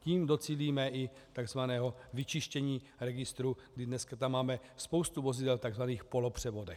Tím docílíme i tzv. vyčištění registru, kdy dneska tam máme spoustu vozidel tzv. v polopřevodech.